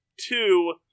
two